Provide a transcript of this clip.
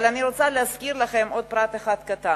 אבל אני רוצה להזכיר לכם עוד פרט אחד קטן.